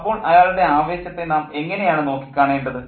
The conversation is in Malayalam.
അപ്പോൾ അയാളുടെ ആവേശത്തെ നാം എങ്ങനെയാണ് നോക്കിക്കാണേണ്ടത്